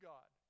God